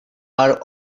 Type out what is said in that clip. are